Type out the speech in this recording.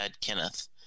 Kenneth